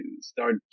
start